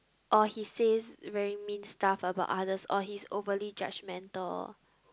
or he says very mean stuff about others or he's overly judgemental